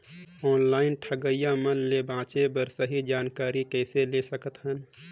Online ठगईया मन ले बांचें बर सही जानकारी कइसे ले सकत हन?